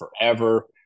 forever